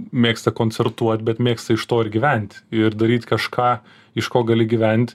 mėgsta koncertuot bet mėgsta iš to ir gyvent ir daryt kažką iš ko gali gyvent